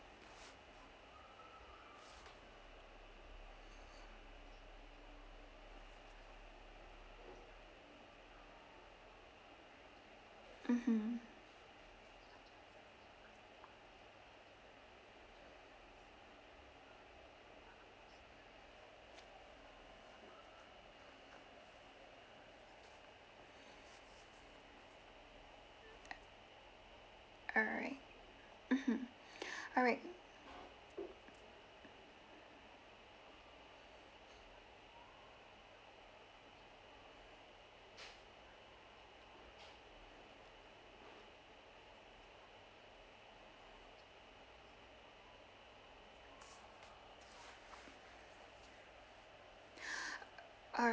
mmhmm alright mmhmm alright